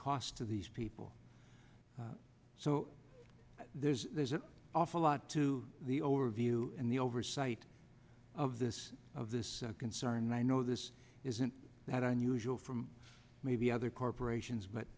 cost to these people so there's there's an awful lot to the overview and the oversight of this of this concern and i know this isn't that unusual from maybe other corporations but